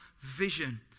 vision